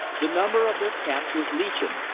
the number of their camps was legion,